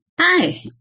Hi